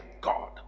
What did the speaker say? God